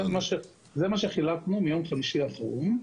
זה מה שחילקנו מיום חמישי האחרון.